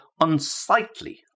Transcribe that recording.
unsightly